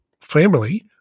family